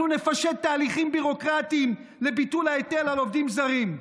אנחנו נפשט תהליכים ביורוקרטיים לביטול ההיטל על עובדים זרים.